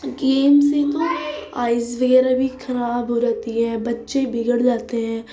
game سے تو eyes وغیرہ بھی کھراب ہو جاتی ہے بچے بگڑ جاتے ہیں